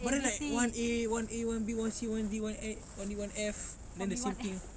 but then like one A one A one B one C one A one E one F then the same thing